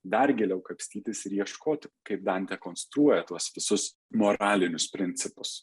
dar giliau kapstytis ir ieškoti kaip dantė konstruoja tuos visus moralinius principus